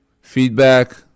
feedback